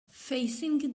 facing